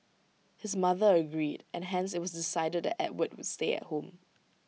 his mother agreed and hence IT was decided that Edward would stay at home